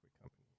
companies